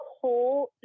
whole